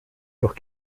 durch